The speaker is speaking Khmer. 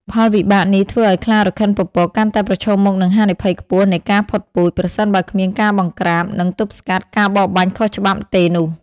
ផលវិបាកនេះធ្វើឲ្យខ្លារខិនពពកកាន់តែប្រឈមមុខនឹងហានិភ័យខ្ពស់នៃការផុតពូជ ប្រសិនបើគ្មានការបង្ក្រាប និងទប់ស្កាត់ការបរបាញ់ខុសច្បាប់ទេនោះ។